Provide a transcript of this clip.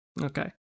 Okay